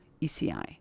ECI